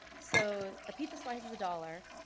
so a pizza slice is a dollar.